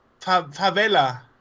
favela